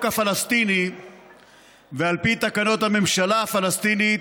הפלסטיני ועל פי תקנות הממשלה הפלסטינית